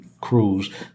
cruise